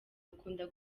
akunda